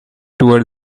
toward